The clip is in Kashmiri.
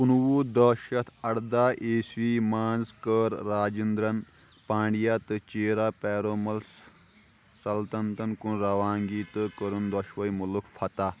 کُنوہ دٔہ شتھ اردہ عیسوی منٛز کٔر راجندرَن پانڈیا تہٕ چیرا پیرومس سلطنتن کُن روانگی تہٕ کٔرٕن دۄشوے مُلک فتح